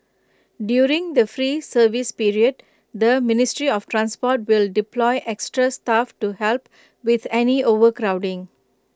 during the free service period the ministry of transport will deploy extra staff to help with any overcrowding